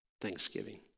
thanksgiving